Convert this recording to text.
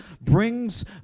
brings